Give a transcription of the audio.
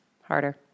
Harder